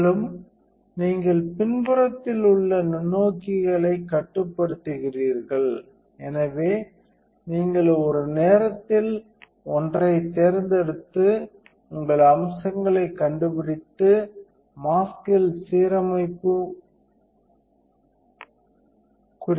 மேலும் நீங்கள் பின்புறத்தில் உள்ள நுண்ணோக்கிகளைக் கட்டுப்படுத்துகிறீர்கள் எனவே நீங்கள் ஒரு நேரத்தில் ஒன்றைத் தேர்ந்தெடுத்து உங்கள் அம்சங்களைக் கண்டுபிடித்து மாஸ்க்யில் சீரமைப்பு மதிப்பெண்களைக் கண்டோம்